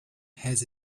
has